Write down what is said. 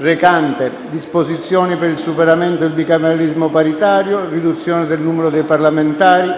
recante «Disposizioni per il superamento del bicameralismo paritario, la riduzione del numero dei parlamentari, il